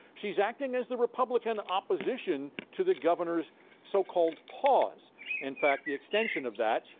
she is acting as the republican opposition to the governor's so-called pause in fact, the extension of that,